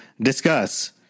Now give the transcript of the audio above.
discuss